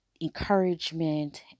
Encouragement